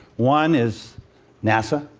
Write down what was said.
one is nasa,